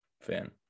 fan